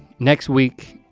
next week,